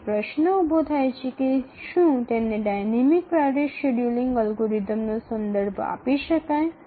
તેથી પ્રશ્ન ઊભો થાય છે કે શું તેને ડાયનેમિક પ્રાયોરિટી શેડ્યૂલિંગ અલ્ગોરિધમનો સંદર્ભ આપી શકાય